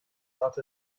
that